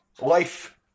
life